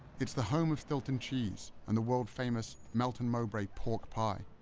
it's the home of stilton cheese and the world famous melton mowbray pork pie.